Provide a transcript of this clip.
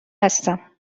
هستم